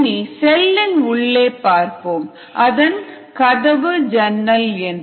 இனி செல்லின் உள்ளே பார்ப்போம் அதன் கதவு ஜன்னல் என்று